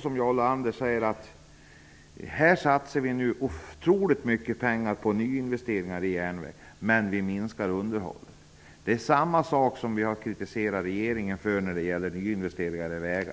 Som Jarl Lander säger satsar vi ju nu otroligt mycket pengar på nyinvesteringar i järnväg, men vi minskar underhållet. Det är samma sak som vi har kritiserat regeringen för när det gäller nyinvesteringar i vägar.